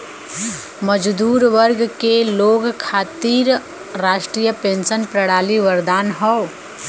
मजदूर वर्ग के लोग खातिर राष्ट्रीय पेंशन प्रणाली वरदान हौ